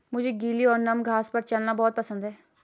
मुझे गीली और नम घास पर चलना बहुत पसंद है